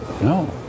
no